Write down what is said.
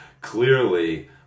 clearly